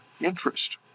interest